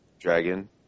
Dragon